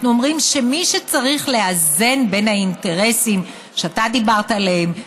אנחנו אומרים שמי שצריך לאזן בין האינטרסים שאתה דיברת עליהם,